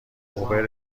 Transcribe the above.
اوبر